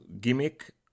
gimmick